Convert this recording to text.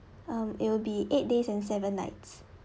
um it will be eight days and seven nights